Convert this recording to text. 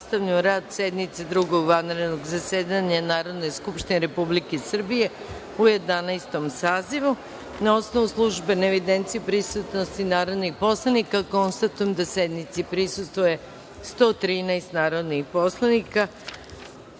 nastavljam rad sednice Drugog vanrednog zasedanja Narodne skupštine Republike Srbije u Jedanaestom sazivu. Na osnovu službene evidencije o prisutnosti narodnih poslanika konstatujem da sednici prisustvuje 113 narodnih poslanika. Radi